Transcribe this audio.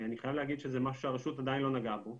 אני חייב להגיד שזה משהו שהרשות עדיין לא נגעה בו,